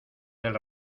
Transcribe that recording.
del